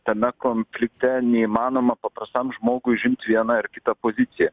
tame konflikte neįmanoma paprastam žmogui užimt vieną ar kitą poziciją